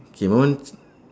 K my one